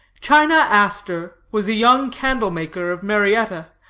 china aster was a young candle-maker of marietta,